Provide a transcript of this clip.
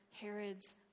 Herod's